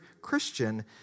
Christian